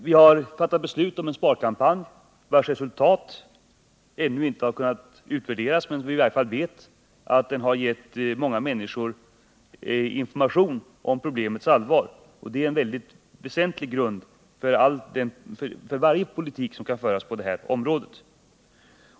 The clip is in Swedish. Vi har fattat beslut om en sparkampanj, vars resultat ännu inte har kunnat utvärderas. Vi vet emellertid att den har gett många människor information om problemets allvar, och det är en väsentlig grund för varje politik som kan föras på det här området.